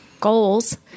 goals